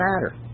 matter